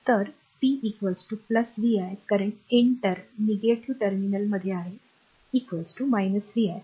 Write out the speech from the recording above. तर p vi current enter negative नकारात्मक terminal आहे vi